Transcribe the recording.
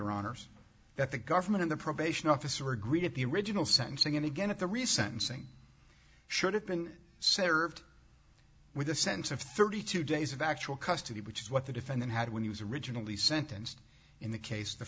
honour's that the government in the probation officer agreed at the original sentencing and again at the recent thing should have been served with a sense of thirty two days of actual custody which is what the defendant had when he was originally sentenced in the case the